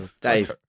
Dave